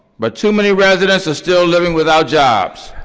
but too many residents are still living without jobs.